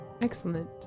Excellent